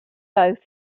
both